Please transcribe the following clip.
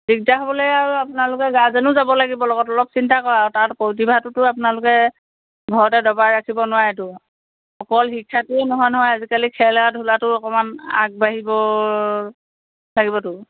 দিগদাৰ হ'বলৈ আৰু আপোনালোকে গাৰ্জেনো যাব লাগিব লগত অলপ চিন্তা কৰা আৰু তাৰ প্ৰতিভাটোতো আপোনালোকে ঘৰতে দবাই ৰাখিব নোৱাৰেতো অকল শিক্ষাটোৱে নহয় নহয় আজিকালি খেলা ধূলাটো অকণমান আগবাঢ়িব লাগিবতো